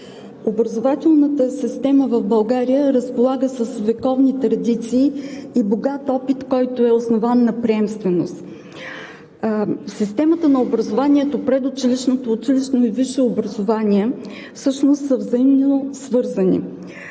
Образователната система в България разполага с вековни традиции и богат опит, който е основан на приемственост. Системата на образованието – предучилищното, училищното и висшето образование всъщност са взаимосвързани.